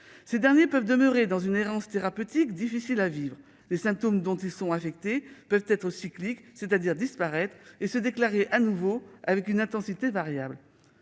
bien qu'ils peuvent demeurer dans une errance thérapeutique difficile à vivre. Les symptômes dont ils sont affectés peuvent être cycliques, c'est-à-dire disparaître, puis se déclarer à nouveau, avec une intensité variable.